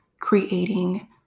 creating